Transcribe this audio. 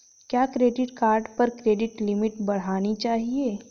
क्या credit card पर credit limit बढ़ानी चाहिए?